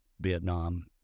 Vietnam